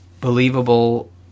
believable